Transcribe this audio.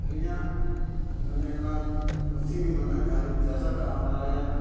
ᱟᱹᱞᱤᱧᱟᱜ ᱢᱟᱱᱮ ᱱᱚᱣᱟ ᱠᱨᱤᱥᱤ ᱵᱤᱢᱟ ᱱᱟᱦᱟᱸᱜ ᱡᱟᱦᱟᱸᱞᱤᱧ ᱪᱟᱥ ᱟᱠᱟᱫᱼᱟ ᱚᱱᱟ ᱨᱮᱭᱟᱝ